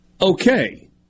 okay